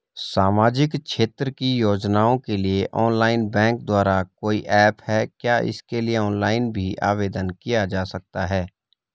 सामाजिक क्षेत्र की योजनाओं के लिए ऑनलाइन बैंक द्वारा कोई ऐप है क्या इसके लिए ऑनलाइन भी आवेदन किया जा सकता है?